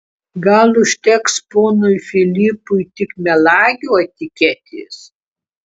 gal užteks ponui filipui tik melagio etiketės